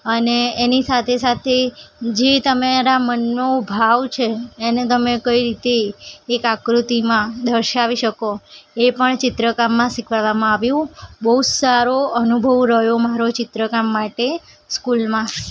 અને એની સાથે સાથે જે તમારા મનનો ભાવ છે એને તમે કઈ રીતે એક આકૃતિમાં દર્શાવી શકો એ પણ ચિત્રકામમાં શીખડાવવામાં આવ્યું બહુ જ સારો અનુભવ રહ્યો મારો ચિત્રકામ માટે સ્કૂલમાં